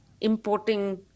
importing